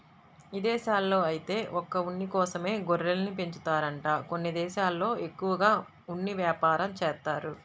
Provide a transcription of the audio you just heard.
ఇదేశాల్లో ఐతే ఒక్క ఉన్ని కోసమే గొర్రెల్ని పెంచుతారంట కొన్ని దేశాల్లో ఎక్కువగా ఉన్ని యాపారం జేత్తారు